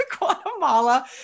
Guatemala